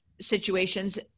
situations